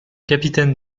capitaine